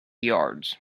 yards